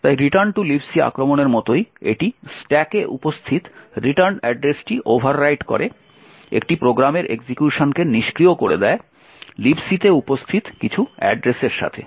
তাই return to lib C আক্রমণের মতোই এটি স্ট্যাকে উপস্থিত রিটার্ন অ্যাড্রেসটি ওভাররাইট করে একটি প্রোগ্রামের এক্সিকিউশনকে নিষ্ক্রিয় করে দেয় লিব সি তে উপস্থিত কিছু অ্যাড্রেসের সাথে